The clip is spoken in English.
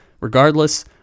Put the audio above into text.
Regardless